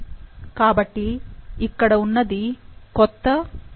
కాబట్టి ఇక్కడ ఉన్నది కొత్త 0